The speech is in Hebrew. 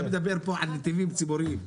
אתה מדבר פה על נתיבים ציבוריים,